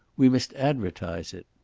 we must advertise it.